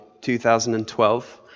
2012